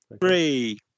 Three